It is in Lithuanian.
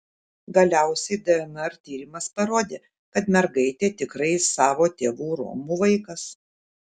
galiausiai dnr tyrimas parodė kad mergaitė tikrai savo tėvų romų vaikas